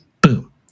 Boom